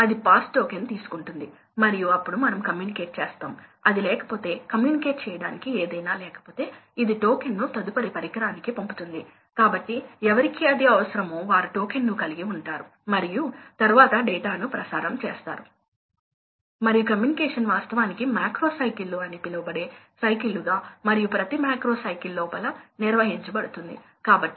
ఇది పంప్ లక్షణం మళ్ళీ ప్రాథమికంగా అదే విషయం కాబట్టి మేము కొంచెం వేగంగా చెప్పబోతున్నాం కాబట్టి ఇది పంప్ లక్షణం మరియు ఇది మళ్ళీ సిస్టమ్ కర్వ్ ఇది మీకు ఖచ్చితంగా తెలుసు ఫ్యాన్స్ గ్యాస్ లను నడుపుతాయి మరియు అవి కంప్రెస్ అవ్వగలవు